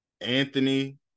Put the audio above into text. Anthony